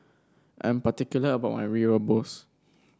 I'm particular about my Mee Rebus